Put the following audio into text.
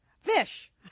Fish